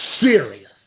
serious